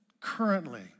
currently